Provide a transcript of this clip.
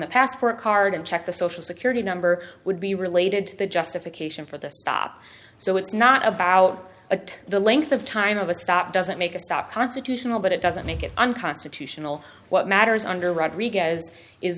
the passport card and check the social security number would be related to the justification for the stop so it's not about attack the length of time of a stop doesn't make a stop constitutional but it doesn't make it unconstitutional what matters under rodriguez is